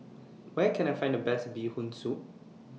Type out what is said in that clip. Where Can I Find The Best Bee Hoon Soup